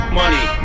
money